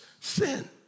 sin